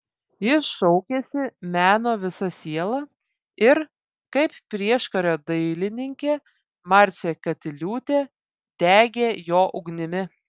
ji šaukėsi meno visa siela ir kaip prieškario dailininkė marcė katiliūtė degė jo ugnimi